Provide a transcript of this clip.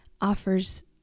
offers